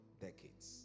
decades